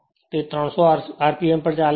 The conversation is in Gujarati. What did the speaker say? તે 300 rpm પર ચાલે છે